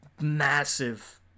massive